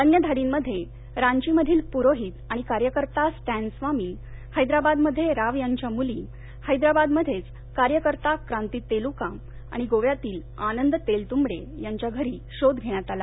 अन्य धाडींमध्ये रांचीमधील पुरोहित आणि कार्यकर्ता स्टॅन स्वामी हस्तिबादमध्ये राव यांच्या मुली हस्तिबादमध्येच कार्यकर्ता क्रांती तेलुका आणि गोव्यातील आनंद तेलतुंबडे यांच्या घरी शोध घेण्यात आला